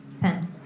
Ten